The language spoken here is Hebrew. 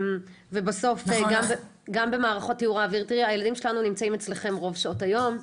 תראי, הילדים שלנו נמצאים אצלכם רוב שעות היום,